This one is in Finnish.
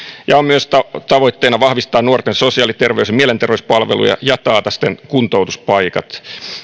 on myös tavoitteena vahvistaa nuorten sosiaali terveys ja mielenterveyspalveluja ja taata siten kuntoutuspaikat